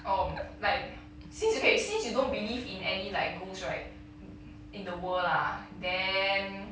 um like since okay since you don't believe in any like ghost right in the world lah then